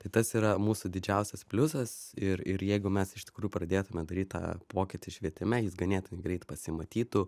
tai tas yra mūsų didžiausias pliusas ir ir jeigu mes iš tikrųjų pradėtume daryt tą pokytį švietime jis ganėtinai greit pasimatytų